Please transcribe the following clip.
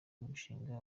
umushinga